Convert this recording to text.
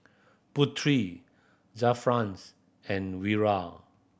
Putri Zafran and Wira